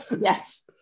yes